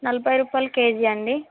నలభై రూపాయలు కేజీ అండి